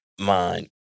mind